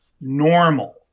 normal